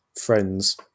friends